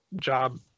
job